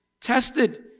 tested